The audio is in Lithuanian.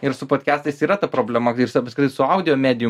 ir su podkestais yra ta problema apskritai su audio medijom